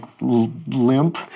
limp